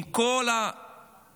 עם כל המגבלות.